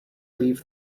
leave